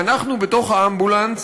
ואנחנו, בתוך האמבולנס,